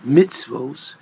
mitzvos